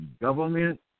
government